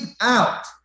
out